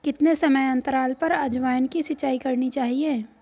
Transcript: कितने समयांतराल पर अजवायन की सिंचाई करनी चाहिए?